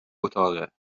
اتاقه